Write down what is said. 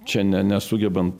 čia ne nesugebant